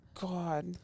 God